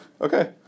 Okay